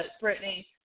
Brittany